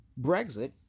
Brexit